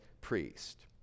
priest